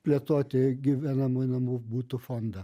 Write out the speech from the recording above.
plėtoti gyvenamųjų namų butų fondą